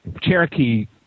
Cherokee